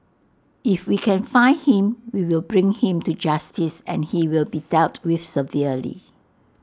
if we can find him we will bring him to justice and he will be dealt with severely